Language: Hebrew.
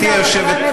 זה לא מחדל.